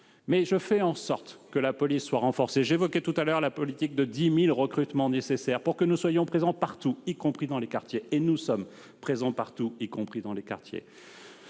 mais je fais en sorte que la police soit renforcée. J'évoquais notre décision de procéder à 10 000 recrutements, qui sont nécessaires pour que nous soyons présents partout, y compris dans les quartiers. Et nous sommes présents partout, y compris dans les quartiers